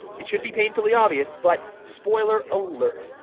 it should be painfully obvious, but spoiler alert!